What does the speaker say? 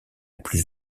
plus